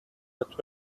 but